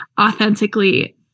authentically